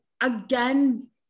again